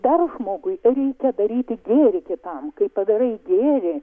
dar žmogui reikia daryti gėrį kitam kai padarai gėrį